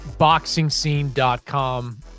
BoxingScene.com